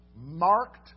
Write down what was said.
marked